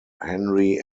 henry